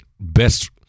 best